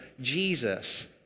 Jesus